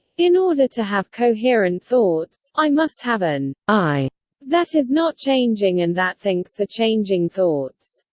in order to have coherent thoughts, i must have an i that is not changing and that thinks the changing thoughts.